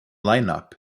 lineup